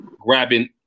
grabbing